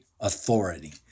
authority